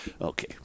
Okay